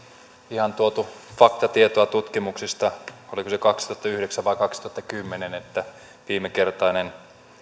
ihan tuotu faktatietoa tutkimuksista oliko se kaksituhattayhdeksän vai kaksituhattakymmenen että viimekertainen